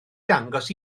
dangos